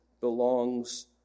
belongs